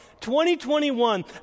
2021